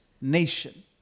nation